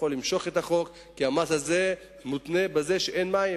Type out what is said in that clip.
כי המס הזה מותנה בזה שאין מים.